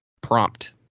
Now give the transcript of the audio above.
prompt